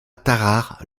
tarare